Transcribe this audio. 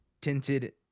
tinted